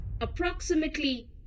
Approximately